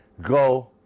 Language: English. go